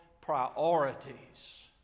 Priorities